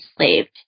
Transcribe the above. enslaved